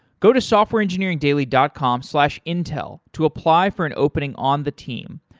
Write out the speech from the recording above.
go to softwareengineeringdaily dot com slash intel to apply for an opening on the team.